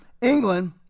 England